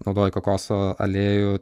naudoji kokoso aliejų